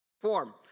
form